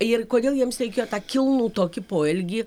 ir kodėl jiems reikėjo tą kilnų tokį poelgį